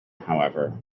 however